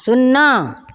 शुन्ना